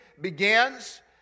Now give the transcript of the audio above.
begins